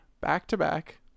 back-to-back